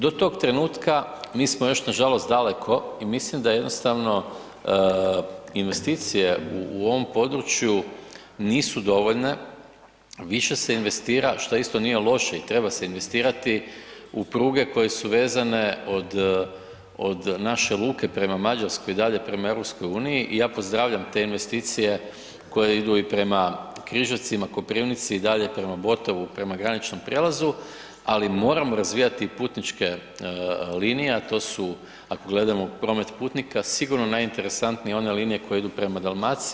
Do tog trenutka mi smo još nažalost daleko i mislim da jednostavno investicije u ovom području nisu dovoljne, više se investira što isto nije loše i treba se investirati u pruge koje su vezane od naše luke prema Mađarskoj i dalje prema EU i ja pozdravljam te investicije koje idu i prema Križevcima, Koprivnici i dalje prema Botovu prema graničnom prijelazu, ali moramo razvijati i putničke linije, a to su ako gledamo promet putnika sigurno najinteresantnije linije koje idu prema Dalmaciji.